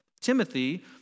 Timothy